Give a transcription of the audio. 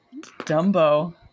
dumbo